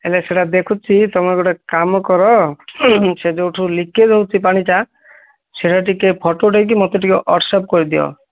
ହେଲେ ସେଇଟା ଦେଖୁଛି ତୁମେ ଗୋଟେ କାମ କର ସେ ଯେଉଁଠୁ ଲିକେଜ୍ ହେଉଛି ପାଣିଟା ସେଇଟା ଟିକେ ଫଟୋ ଉଠାଇକି ମୋତେ ଟିକେ ୱାଟସ୍ଆପ୍ କରିଦିଅ